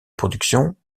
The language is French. production